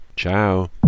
Ciao